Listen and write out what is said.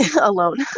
alone